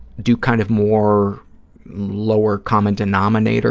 do kind of more lower-common-denominator